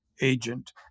agent